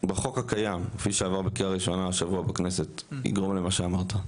בחוק הקיים כפי שעבר בקריאה ראשונה השבוע בכנסת יגרום למה שאמרת?